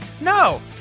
No